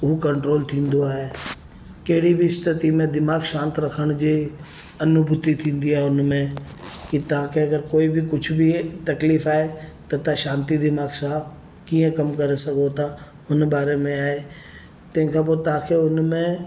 हू कंट्रोल थींदो आहे कहिड़ी बि स्थिति में दिमागु शांति रखण जी अनुभूति थींदी आहे हुन में कि तव्हां खे अगरि कोई बि कुझु बि तकलीफ़ आहे त तव्हां शांति दिमाग़ सां कीअं कमु करे सघो था हुन बारे में आहे तंहिंखां पोइ तव्हां खे हुन में